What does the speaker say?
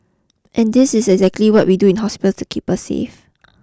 and this is exactly what we do in hospitals to keep us safe